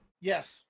Yes